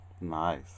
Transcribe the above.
Nice